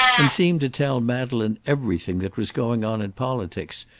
and seemed to tell madeleine everything that was going on in politics,